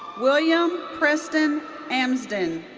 william preston amsden.